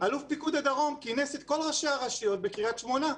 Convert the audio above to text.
אלוף פיקוד הדרום כינס את כל ראשי הרשויות בקריית שמונה,